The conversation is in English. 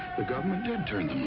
the government did turn them